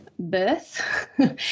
Birth